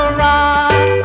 rock